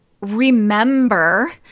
remember